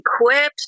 equipped